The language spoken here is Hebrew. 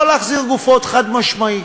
לא להחזיר גופות, חד-משמעית.